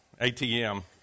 atm